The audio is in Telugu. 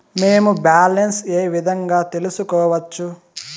మేము బ్యాలెన్స్ ఏ విధంగా తెలుసుకోవచ్చు?